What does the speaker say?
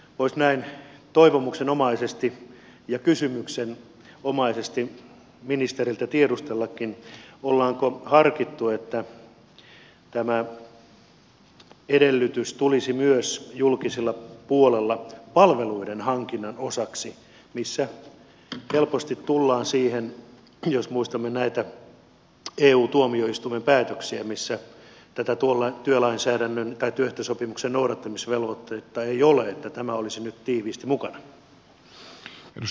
voisi näin toivomuksenomaisesti ja kysymyksenomaisesti ministeriltä tiedustellakin onko harkittu että tämä edellytys tulisi myös julkisella puolella palveluiden hankinnan osaksi missä helposti tullaan siihen jos muistamme näitä eu tuomioistuimen päätöksiä missä työlainsäädännön tai työehtosopimuksen noudattamisvelvoitetta ei ole että tämä olisi nyt tiiviisti mukana